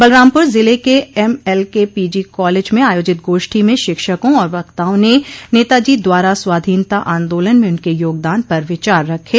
बलरामपुर जिले के MLK PG college में आयोजित गोष्ठी में शिक्षकों और वक्ताओं ने नेताजी द्वारा स्वाधीनता आन्दोलन में उनके योगदान पर विचार रखे